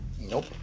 Nope